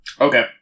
Okay